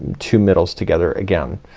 two middles together again.